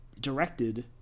directed